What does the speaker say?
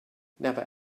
never